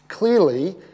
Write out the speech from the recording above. Clearly